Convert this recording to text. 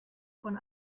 von